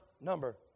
number